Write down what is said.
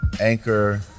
Anchor